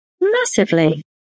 Massively